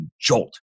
jolt